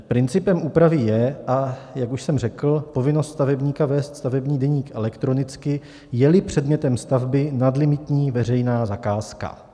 Principem úpravy je, a jak už jsem řekl, povinnost stavebníka vést stavební deník elektronicky, jeli předmětem stavby nadlimitní veřejná zakázka.